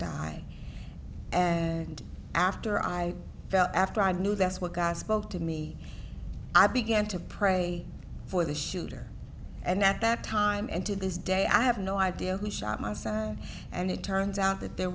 died and after i felt after i knew that's what god spoke to me i began to pray for the shooter and at that time and to this day i have no idea who shot my son and it turns out that there